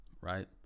right